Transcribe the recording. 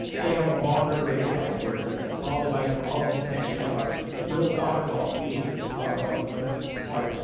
say you have a ball grid array device, where it's ah a small device, where all of the connections are little solder balls, a matrix of solder balls, underneath the part.